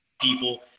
people